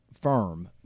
Firm